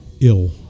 ill